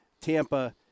Tampa